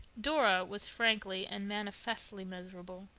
dora was frankly and manifestly miserable.